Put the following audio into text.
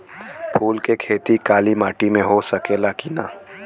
फूल के खेती काली माटी में हो सकेला की ना?